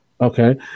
Okay